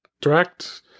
direct